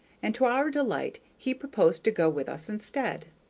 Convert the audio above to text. and to our delight he proposed to go with us instead.